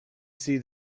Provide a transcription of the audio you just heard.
see